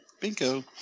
Bingo